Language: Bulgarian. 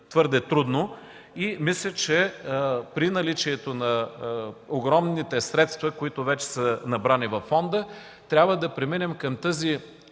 твърде трудно. Мисля, че при наличието на огромните средства, които вече са набрани във фонда, трябва да преминем към тази